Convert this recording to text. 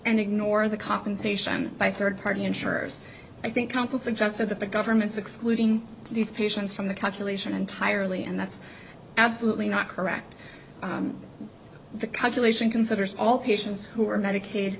and ignore the compensation by third party insurers i think counsel suggested that the government's excluding these patients from the calculation entirely and that's absolutely not correct the calculation considers all patients who are medicaid